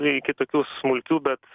iki tokių smulkių bet